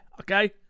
okay